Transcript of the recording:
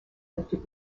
lifted